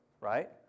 right